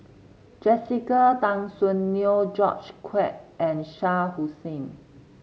Jessica Tan Soon Neo George Quek and Shah Hussain